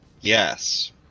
yes